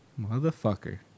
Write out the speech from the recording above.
Motherfucker